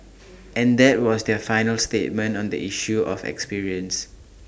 and that was their final statement on the issue of experience